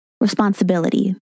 responsibility